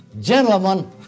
Gentlemen